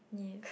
yes